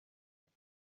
that